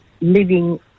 living